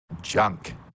junk